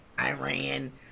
Iran